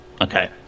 Okay